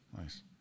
Nice